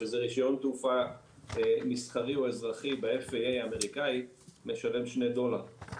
שזה רישיון תעופה מסחרי או אזרחי ב-FAA האמריקאי משלם 2 דולר.